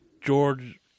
George